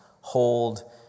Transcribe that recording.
hold